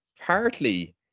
partly